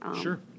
Sure